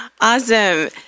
Awesome